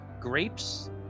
grapes